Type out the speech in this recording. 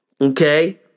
Okay